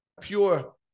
pure